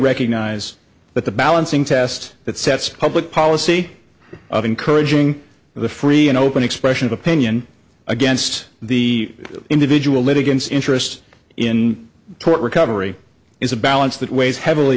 recognize that the balancing test that sets public policy of encouraging the free and open expression of opinion against the individual litigants interests in recovery is a balance that weighs heavily